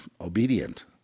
obedient